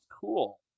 cool